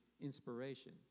inspiration